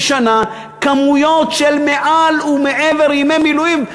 שנה כמויות של מעל ומעבר ימי מילואים,